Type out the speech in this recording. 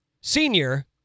senior